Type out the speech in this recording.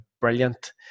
brilliant